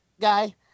guy